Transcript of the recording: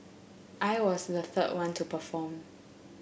I was the third one to perform